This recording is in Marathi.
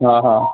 हा हा